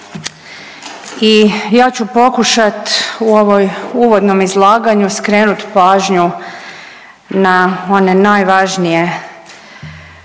i ja ću pokušati u ovoj, uvodnom izlaganju skrenut pažnju na one najvažnije